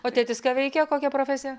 o tėtis ką veikia kokia profesija